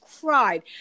cried